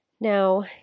Now